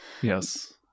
yes